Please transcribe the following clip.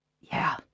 Yeah